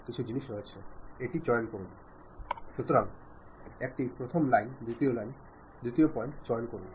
ചെറിയ കുട്ടികൾ പോലും ആശയവിനിമയം നടത്തുന്നു വിശക്കുമ്പോൾ കുട്ടി കരഞ്ഞു അതിന്റെ ആവിശ്യം എന്താണെന്നു പ്രകടിപ്പിക്കുന്നു